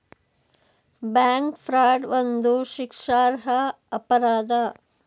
bank fraud ಒಂದು ಶಿಕ್ಷಾರ್ಹ ಅಪರಾಧ